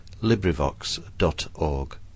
LibriVox.org